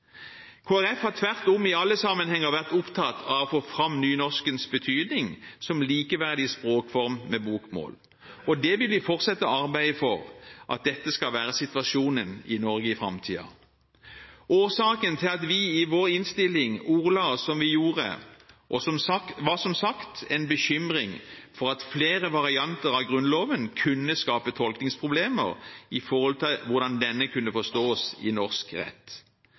Folkeparti har tvert om i alle sammenhenger vært opptatt av å få fram nynorskens betydning som likeverdig språkform med bokmål. Vi vil fortsette arbeidet for at dette skal være situasjonen i Norge i framtiden. Årsaken til at vi i vår innstilling ordla oss som vi gjorde, var – som sagt – en bekymring for at flere varianter av Grunnloven kunne skape tolkningsproblemer med hensyn til hvordan denne kunne forstås i norsk rett.